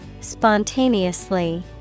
SPONTANEOUSLY